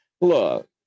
Look